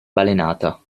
balenata